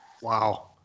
Wow